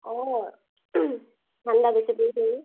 অঁ ঠাণ্ডা